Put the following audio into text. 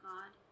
God